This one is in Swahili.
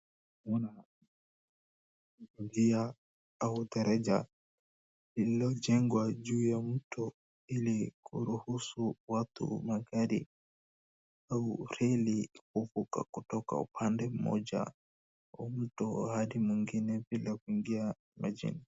Njia au daraja lililonjengwa juu ya mto ili kuruhusu watu, magari au reli kuvuka kutoka upande mmoja adi mwingine bila kuingia majini.